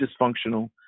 dysfunctional